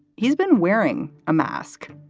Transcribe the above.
he's been wearing a mask.